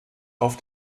auf